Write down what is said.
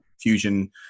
Fusion